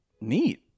neat